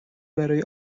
برای